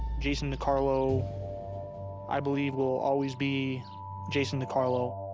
jason decarlo i believe will always be jason decarlo.